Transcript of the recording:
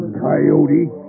coyote